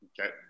Okay